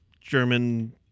German